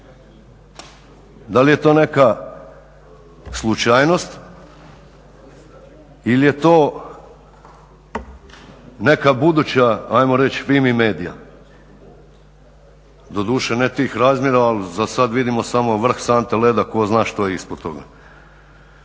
da li je to neka slučajnost ili je to neka buduća ajmo reći Fimi Media, doduše ne tih razmjera ali za sada vidimo samo vrh sante leda, tko zna što je ispod toga.